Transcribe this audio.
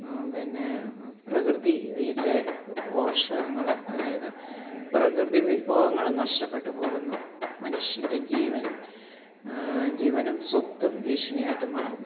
പിന്നെ പ്രകൃതിയിലെ പോഷകങ്ങൾ അതായത് പ്രകൃതിവിഭങ്ങൾ നഷ്ടപ്പെട്ടു പോകുന്നു മനുഷ്യൻ്റെ ജീവൻ ജീവനും സ്വത്തും ഭീഷണിയായിട്ടു മാറുന്നു